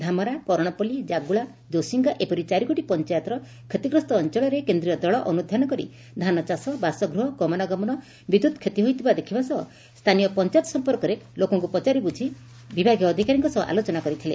ଧାମରା କରଣପଲ୍ଲୀ ଜାଗୁଳା ଦୋଷିଙ୍ଗା ଏପରି ଚାରୋଟି ପଞ୍ଚାୟତର କ୍ଷତିଗ୍ରସ୍ଠ ଅଞ୍ଞଳରେ କେନ୍ଦୀୟ ଦଳ ଅନୁଧାନ କରି ଧାନଚାଷ ବାସଗୃହ ଗମନାଗମନ ବିଦ୍ୟୁତ୍ କ୍ଷତି ହୋଇଥିବା ଦେଖିବା ସହ ସ୍ଥାନୀୟ ପଞାୟତ ସମ୍ପର୍କରେ ଲୋକଙ୍କୁ ପଚାରି ବୁଝି ବିଭାଗୀୟ ଅଧିକାରୀଙ୍କ ସହ ଆଲୋଚନା କରିଥିଲେ